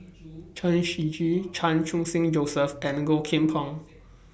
Chen Shiji Chan Khun Sing Joseph and Low Kim Pong